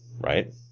right